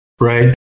right